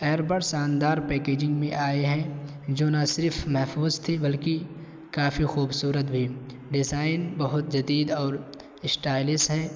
earbuds شاندار packaging میں آئے ہیں جو نہ صرف محفوظ تھی بلکہ کافی خوبصورت بھی ڈیزائن بہت جدید اور اسٹائلس ہے